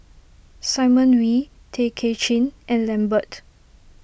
Simon Wee Tay Kay Chin and Lambert